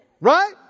right